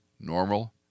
Normal